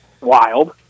Wild